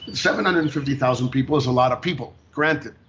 seven hundred and fifty thousand people is a lot of people, granted.